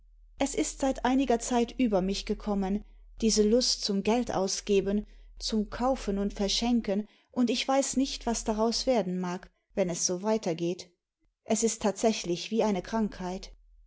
es ist seit einiger zeit über mich gekommen diese lust zum geldausgeben zum kaufen und verschenken und ich weiß nicht was daraus werden mag wenn es so weiter geht es ist tatsächlich wie eine krankheit